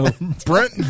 Brent